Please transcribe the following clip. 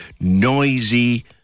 noisy